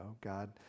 God